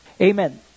Amen